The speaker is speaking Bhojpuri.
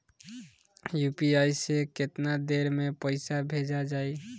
यू.पी.आई से केतना देर मे पईसा भेजा जाई?